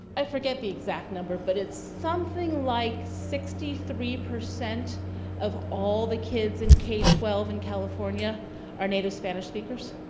i forget the exact number but it's something like sixty three percent of all the kids in k twelve in california are native spanish speakers.